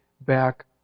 back